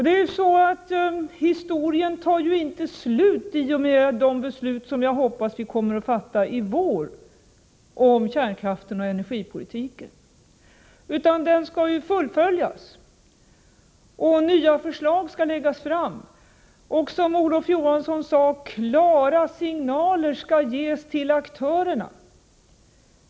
Den här historien tar emellertid inte slut i och med de beslut som jag hoppas att vi kommer att fatta i vår om kärnkraften och energipolitiken, utan den skall fullföljas och nya förslag skall läggas fram. Som Olof Johansson sade skall klara signaler ges till aktörerna.